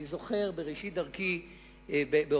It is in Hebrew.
אני זוכר בראשית דרכי באופקים,